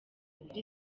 kuri